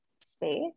space